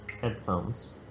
headphones